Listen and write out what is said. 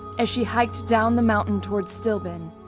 as she hiked down the mountain towards stillben,